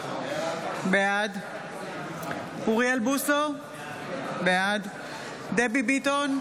בעד אוריאל בוסו, בעד דבי ביטון,